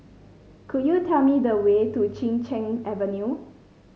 could you tell me the way to Chin Cheng Avenue